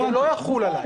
צריך לחשוף את זה.